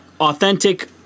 Authentic